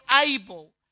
able